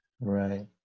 right